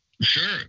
Sure